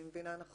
אני מבינה נכון?